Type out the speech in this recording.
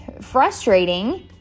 frustrating